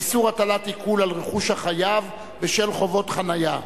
(איסור הטלת עיקול על רכוש החייב בשל חובות חנייה),